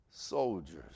Soldiers